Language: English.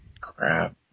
Crap